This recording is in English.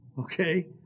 Okay